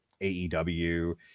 aew